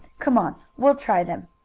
come on, we'll try them.